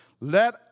let